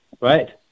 right